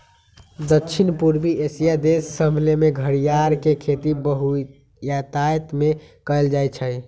दक्षिण पूर्वी एशिया देश सभमें घरियार के खेती बहुतायत में कएल जाइ छइ